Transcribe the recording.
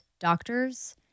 doctors